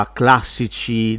classici